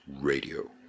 Radio